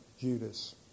Judas